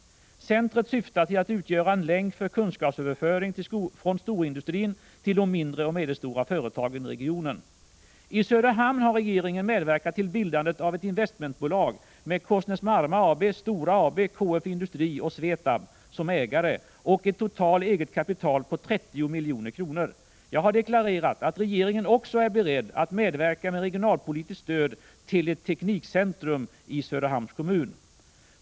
Centret syftar till att utgöra en länk för kunskapsöverföring från storindustrin till de mindre och medelstora företagen i regionen. I Söderhamn har regeringen medverkat till bildande av ett investmentbolag med Korsnäs-Marma AB, Stora AB, KF Industri och SVETAB som ägare och ett totalt eget kapital på 30 milj.kr. Jag har deklarerat att regeringen också är beredd att medverka med regionalpolitiskt stöd till ett teknikcentrum i Söderhamns kommun.